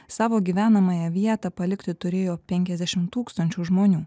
savo gyvenamąją vietą palikti turėjo penkiasdešim tūkstančių žmonių